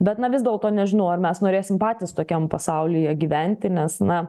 bet na vis dėlto nežinau ar mes norėsim patys tokiam pasaulyje gyventi nes na